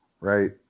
right